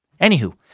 Anywho